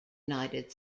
united